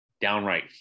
downright